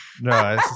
No